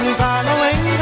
following